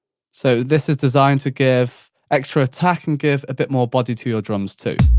so, this is designed to give extra tack and give a bit more body to your drums too.